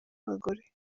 abagore